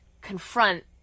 confront